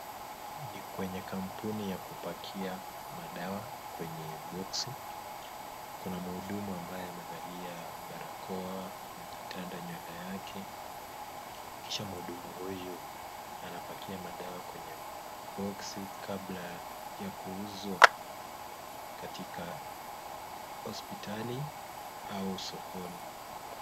Ni kwenye kampuni yakupakia dawa kwenye boksi, kuna mhudumu ambaye amevalia barakoa amejitanda nywele yake, kisha mhudumu huyu anapakia dawa kwenye boksi kabla yakuuzwa katika hospitali au sokoni.